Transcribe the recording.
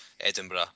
Edinburgh